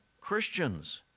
Christians